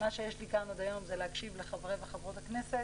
מה שיש לי כאן עוד היום זה להקשיב לחברי וחברות הכנסת